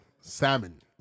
Salmon